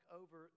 over